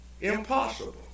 Impossible